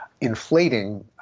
inflating